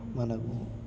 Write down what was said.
మనం